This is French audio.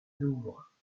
louvre